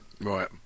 Right